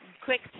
quick